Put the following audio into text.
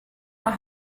are